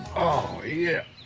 oh, yeah.